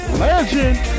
legend